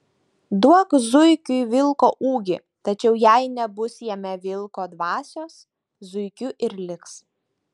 duok zuikiui vilko ūgį tačiau jai nebus jame vilko dvasios zuikiu ir liks